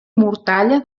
mortalla